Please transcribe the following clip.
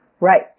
Right